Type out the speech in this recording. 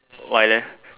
why leh